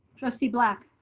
trustee black.